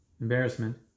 embarrassment